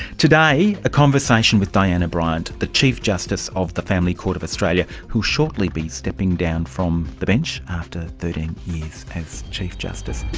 today, a conversation with diana bryant, the chief justice of the family court of australia who will shortly be stepping down from the bench after thirteen as chief justice.